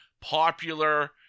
popular